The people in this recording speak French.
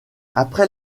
après